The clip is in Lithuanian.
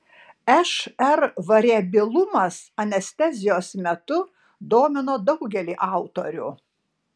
šr variabilumas anestezijos metu domino daugelį autorių